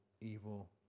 evil